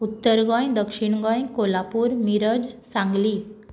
उत्तर गोंय दक्षीण गोंय कोल्हापूर मिरज सांगली